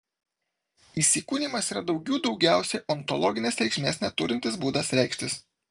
įsikūnijimas yra daugių daugiausiai ontologinės reikšmės neturintis būdas reikštis